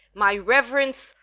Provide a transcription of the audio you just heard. my reverence,